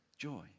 Joy